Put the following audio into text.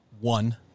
one